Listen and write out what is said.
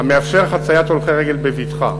המאפשר חציית הולכי רגל בבטחה.